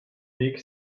weg